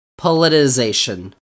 politicization